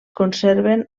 conserven